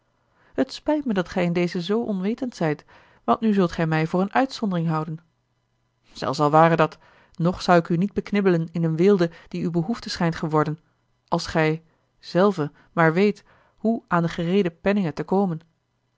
het spijt mij dat gij in dezen zoo onwetend zijt want nu zult gij mij voor een uitzondering houden zelfs al ware dat nog zou ik u niet beknibbelen in eene weelde die u behoefte schijnt geworden als gij zelve maar weet hoe aan de gereede penningen te komen